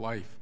life